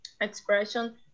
expression